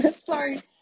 Sorry